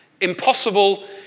Impossible